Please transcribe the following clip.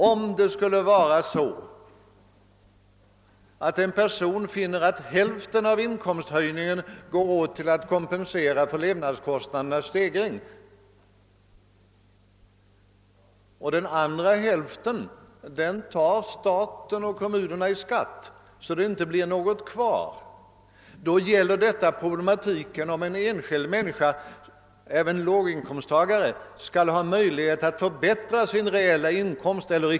Om en person finner att den ena hälften av inkomsthöjningen går åt för att kompensera levnadskostnadernas stegring och att den andra hälften tas av staten och kommunerna i skatt så alt det inte blir något kvar, så blir alltså problematiken hur han — det gäller även en låginkomsttagare — skall ha möjlighet att förbättra sin reella inkomst.